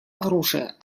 оружия